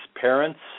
parents